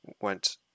went